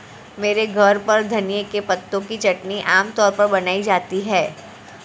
मेरे घर पर धनिए के पत्तों की चटनी आम तौर पर बनाई जाती है